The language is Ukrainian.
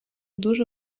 дуже